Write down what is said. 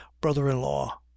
brother-in-law